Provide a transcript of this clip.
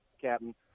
Captain